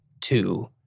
two